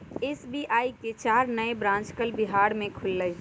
SBI के चार नए ब्रांच कल बिहार में खुलय